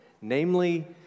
namely